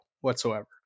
whatsoever